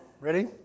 Ready